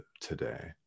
today